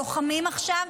לוחמים עכשיו,